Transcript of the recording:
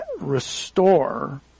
restore